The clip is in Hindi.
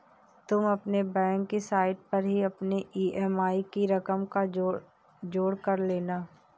तुम अपने बैंक की साइट पर ही अपने ई.एम.आई की रकम का जोड़ कर लेना